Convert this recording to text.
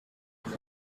uru